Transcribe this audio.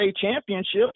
championships